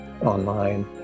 online